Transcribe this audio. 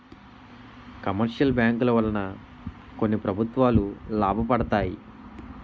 commercial బ్యాంకుల వలన కొన్ని ప్రభుత్వాలు లాభపడతాయి